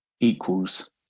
equals